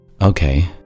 Okay